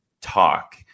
talk